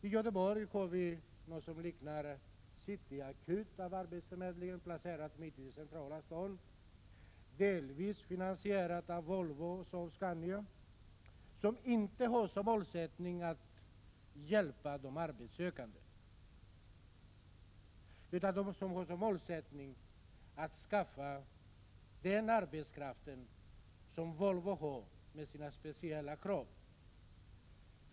I Göteborg har vi något som liknar en arbetsförmedling typ City Akuten. Denna arbetsförmedling är placerad mitt i centrala stan och är delvis finansierad av Volvo och Saab-Scania, som inte har som målsättning att hjälpa de arbetssökande utan att skaffa den arbetskraft som Volvo med sina speciella krav har behov av.